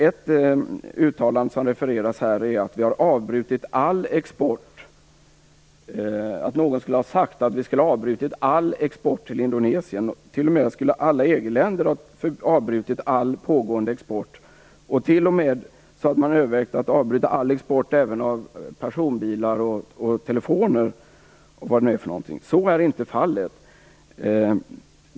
Ett uttalande som refereras här är att någon skulle ha sagt att vi har avbrutit all export till Indonesien. T.o.m. alla EG-länder skulle ha avbrutit all pågående export. Man skulle t.o.m. ha övervägt att avbryta all export även av personbilar, telefoner och vad det nu är. Så är inte fallet.